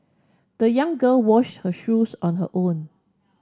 the young girl wash her shoes on her own